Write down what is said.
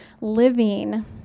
living